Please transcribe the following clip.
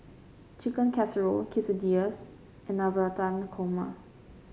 Chicken Casserole Quesadillas and Navratan Korma